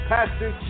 Pastor